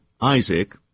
Isaac